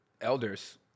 elders